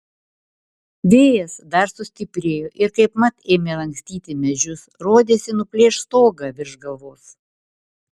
vėjas dar sustiprėjo ir kaipmat ėmė lankstyti medžius rodėsi nuplėš stogą virš galvos